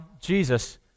Jesus